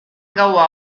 gaua